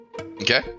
Okay